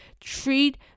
treat